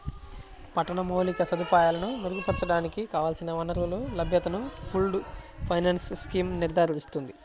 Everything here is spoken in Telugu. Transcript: పట్టణ మౌలిక సదుపాయాలను మెరుగుపరచడానికి కావలసిన వనరుల లభ్యతను పూల్డ్ ఫైనాన్స్ స్కీమ్ నిర్ధారిస్తుంది